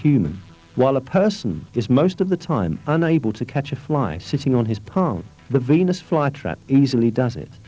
human while a person is most of the time unable to catch a fly sitting on his palm the venus flytrap easily does it